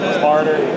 smarter